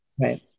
Right